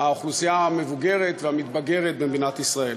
האוכלוסייה המבוגרת והמתבגרת במדינת ישראל.